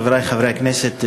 חברי חברי הכנסת,